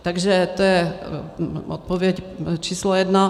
Takže to je odpověď číslo jedna.